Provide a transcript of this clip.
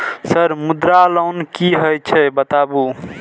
Sir Mudra loan की हे छे बताबू?